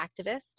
activist